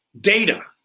data